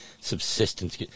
subsistence